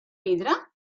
vidre